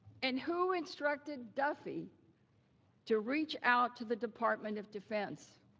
and who instructed duffey to reach out to the department of defense?